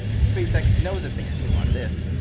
spacex knows a thing or two about this.